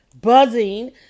buzzing